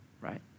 right